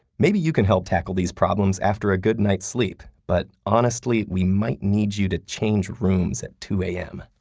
maybe you can help tackle these problems after a good night's sleep. but honestly, we might need you to change rooms at two a m.